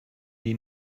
die